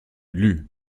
lus